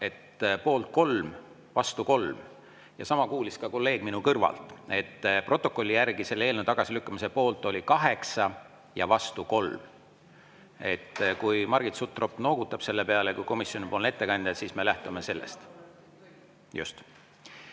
et poolt oli 3 ja vastu oli 3. Sama kuulis ka kolleeg minu kõrval. Protokolli järgi selle eelnõu tagasilükkamise poolt oli 8 ja vastu 3. Kui Margit Sutrop noogutab selle peale kui komisjonipoolne ettekandja, siis me lähtume sellest. Just!